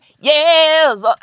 Yes